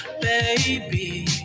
baby